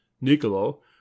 niccolo